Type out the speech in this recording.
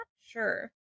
sure